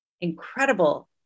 incredible